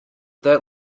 that